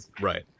right